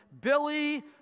Billy